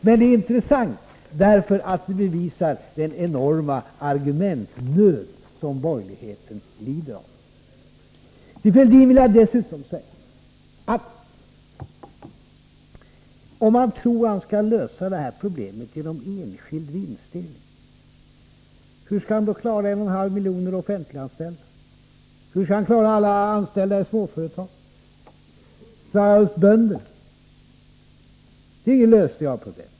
Men det här är intressant, därför att det bevisar vilken enorm argumentnöd som borgerligheten lider av. Till Fälldin vill jag dessutom säga att om han tror att han skall lösa problemet genom enskild vinstdelning, hur skall han då klara de 1,5 miljonerna offentliganställda, alla som är anställda i småföretag, bönderna? Det är ingen lösning av problemet.